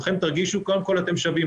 קודם כול אתם שווים,